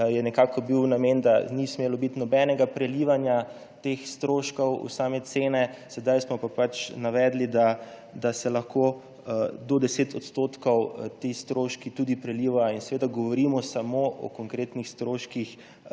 bil namen, da ni smelo biti nobenega prelivanja teh stroškov v same cene, sedaj smo pa navedli, da se lahko do 10 % ti stroški tudi prelivajo. Seveda govorimo samo o konkretnih stroških